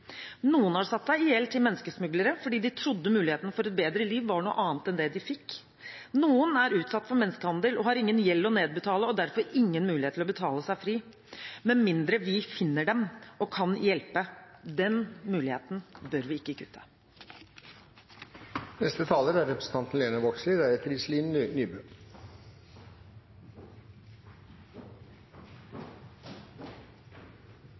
Noen har satt seg i gjeld til menneskesmuglere fordi de trodde muligheten for et bedre liv var noe annet enn det de fikk. Noen er utsatt for menneskehandel og har ingen gjeld å nedbetale og derfor ingen mulighet til å betale seg fri, med mindre vi finner dem og kan hjelpe, og den muligheten bør vi ikke